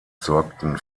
sorgten